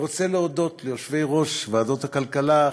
אני רוצה להודות ליושבי-ראש ועדות הכלכלה,